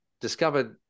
discovered